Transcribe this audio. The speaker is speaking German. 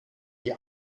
die